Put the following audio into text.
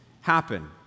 happen